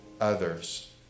others